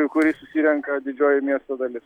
į kurį susirenka didžioji miesto dalis